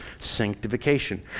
sanctification